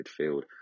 midfield